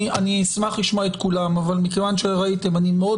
אני אשמח לשמוע את כולם אבל ראיתם שאני מאוד